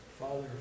Father